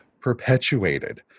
perpetuated